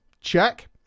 Check